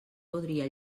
podria